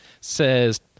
says